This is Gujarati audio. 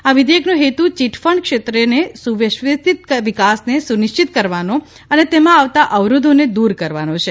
આ વિધેચકનો હેતુ ચીટફંડ ક્ષેત્રને સુવ્યવસ્થિત વિકાસને સુનિશ્ચિત કરીને કરવાનો અને તેમાં આવતા અવરોધોને દૂર કરવાનો છે